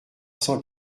cent